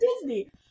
disney